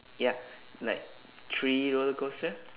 ya like three roller coaster